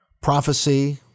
prophecy